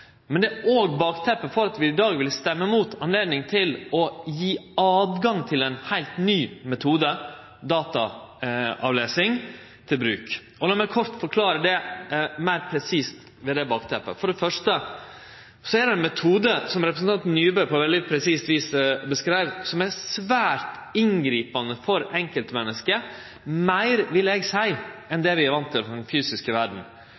Men det er òg bakteppet for at vi i dag vil stemme mot å gje høve til ein heilt ny metode, nemleg dataavlesing til bruk. La meg kort forklare det bakteppet meir presist. For det første er det ein metode, som representanten Nybø på eit veldig presist vis beskreiv, som er svært inngripande for enkeltmennesket – meir enn det vi er vande til i den fysiske verda, vil eg seie.